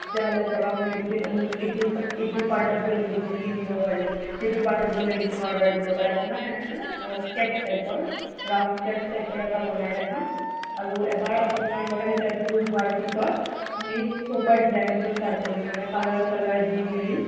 তেতিয়াহ'লে ধৰক মেডিছিন আমুক এইটো পাৰ্টত গৈ মেডিছিন কিনিব পাৰি সেইটো পাৰ্টত গ'লে মেডিছিন অৰ্ডাৰ দিব পাৰি আপোনাক সেনেকে স্কেট্ছ টাইপত ৰাফ স্কেট্ছ টাইপত এটা বনাই দেখাম আৰু এবাৰ আপোনাৰ পৰা সেইটো এপ্ৰুফ হোৱাৰ পিছত আমি প'পাৰ ডিজাইনিংটো ষ্টাৰ্ট কৰিম মানে কালাৰ চালাৰ দি মেলি